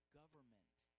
government